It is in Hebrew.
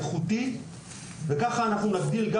כך אנחנו נגדיל גם את הפריון במשק,